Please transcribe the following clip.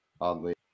Oddly